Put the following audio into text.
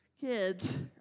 kids